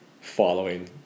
following